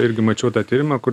irgi mačiau tą tyrimą kur